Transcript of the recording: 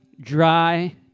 dry